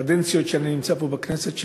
בקדנציות שאני נמצא פה בכנסת,